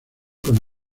con